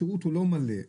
השירות הוא לא מלא.